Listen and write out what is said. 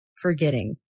forgetting